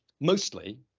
mostly